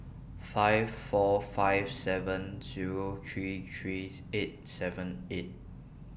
five four five seven Zero three three eight seven eight